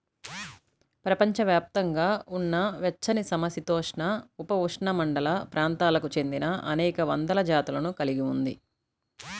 ప్రపంచవ్యాప్తంగా ఉన్న వెచ్చనిసమశీతోష్ణ, ఉపఉష్ణమండల ప్రాంతాలకు చెందినఅనేక వందల జాతులను కలిగి ఉంది